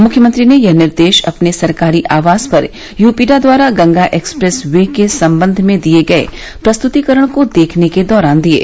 मुख्यमंत्री ने यह निर्देश अपने सरकारी आवास पर यूपीडा द्वारा गंगा एक्सप्रेस वे के संबंध में दिये गये प्रस्तुतीकरण को देखने के दौरान दिये